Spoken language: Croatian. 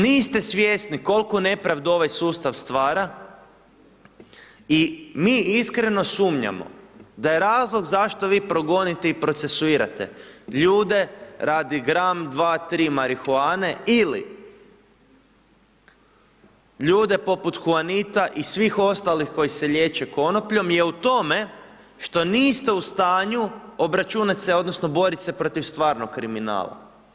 Niste svjesni koliku nepravdu ovaj sustav stvara i mi iskreno sumnjamo da je razlog zašto vi progonite i procesuirate ljude radi gram, dva, tri marihuane ili ljude poput Huanita i svih ostalih koji se liječe konopljom je u tome što niste u stanju obračunat se odnosno borit se protiv stvarnog kriminala.